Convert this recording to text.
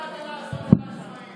אתה לא מאמין בעצמך לדברים